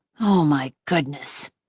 oh my goodness.